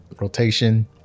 rotation